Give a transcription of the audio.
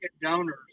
donors